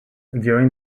during